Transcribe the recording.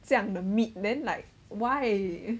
这样的 meat then like why